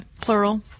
plural